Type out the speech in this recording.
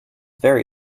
very